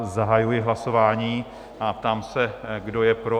Zahajuji hlasování a ptám se, kdo je pro?